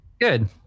good